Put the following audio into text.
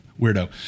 weirdo